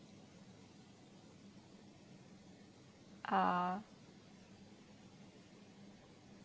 uh